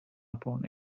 upon